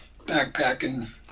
backpacking